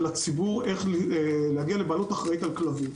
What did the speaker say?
הציבור איך להגיע לבעלות אחראית על כלבים.